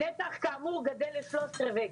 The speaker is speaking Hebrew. הנתח כאמור גדל לשלושה רבעים.